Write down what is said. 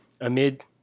amid